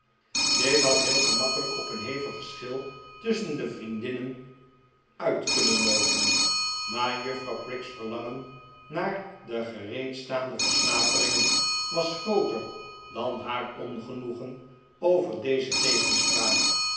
dit had heel gemakkelijk op een hevig geschil tusschen de vriendinnen uit kunnen loopen maar juffrouw prig's verlangen naar de gereedstaande versnaperingen was grooter dan haar ongenoegen over deze tegenspraak